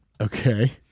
Okay